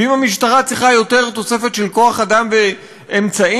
ואם המשטרה צריכה תוספת של כוח-אדם ואמצעים,